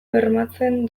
bermatzen